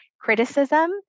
criticism